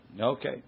Okay